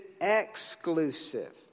exclusive